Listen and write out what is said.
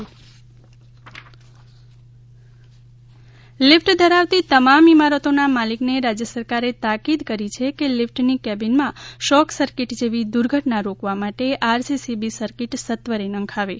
lift માટે સલામતી નિયમો લીફટ ધરાવતી તમામ ઈમારતોના માલિકને રાજ્ય સરકારે તાકીદ કરી છે કે લિફ્ટની કેબિનમાં શોક સર્કિટ જેવી દુર્ઘટના રોકવા માટે આરસીસીબી સર્કિટ સત્વરે નંખાવે